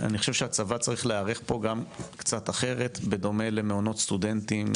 חושב שהצבא צריך להיערך פה גם קצת אחרת בדומה למעונות סטודנטים,